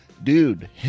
Dude